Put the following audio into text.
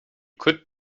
could